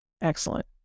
Excellent